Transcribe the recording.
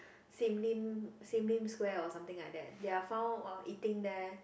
Sim-Lim Sim-Lim-Square or something like that they are found eating there